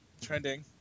Trending